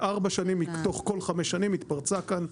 בארבע שנים מתוך כל חמש שנים התפרצה כאן,